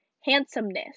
Handsomeness